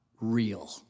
real